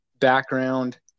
background